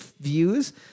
views